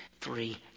three